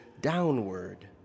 downward